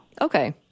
Okay